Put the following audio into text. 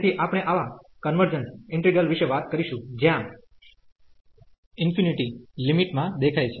તેથી આપણે આવા કન્વર્જન્સ ઈન્ટિગ્રલ વિશે વાત કરીશું જ્યાં ઇન્ફિનિટીતા લિમિટ માં દેખાય છે